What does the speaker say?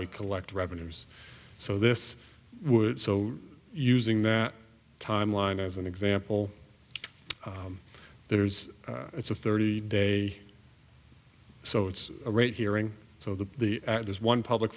we collect revenues so this would so using that timeline as an example there's it's a thirty day so it's a rate hearing so that the there's one public